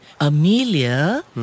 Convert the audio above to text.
Amelia